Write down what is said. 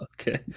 okay